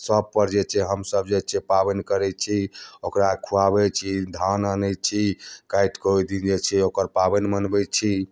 सब पर जे छै हमसब जे छै पाबनि करैत छी ओकरा खुआबैत छी धान आनैत छी काटि कऽ ओहि दिनजे छै ओकर पाबनि मनबैत छी